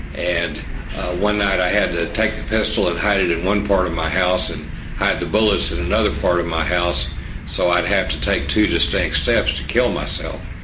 and one night i had to take the pistol and hide it one part of my house and hide the bullets in another part of my house so i'd have to take two distinct steps to kill myself.